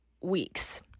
weeks